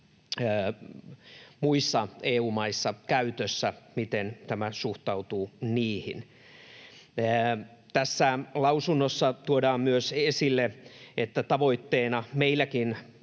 muissa EU-maissa käytössä? Miten tämä suhtautuu niihin? Tässä lausunnossa tuodaan myös esille, että tavoitteena meilläkin